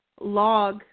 log